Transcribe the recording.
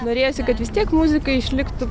norėjosi kad vis tiek muzika išliktų